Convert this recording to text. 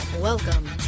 Welcome